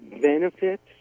benefits